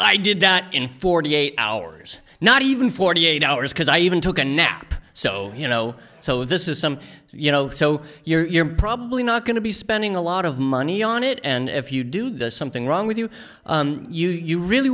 i did that in forty eight hours not even forty eight hours because i even took a nap so you know so this is some you know so you're probably not going to be spending a lot of money on it and if you do the something wrong with you you you really